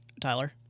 Tyler